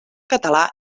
català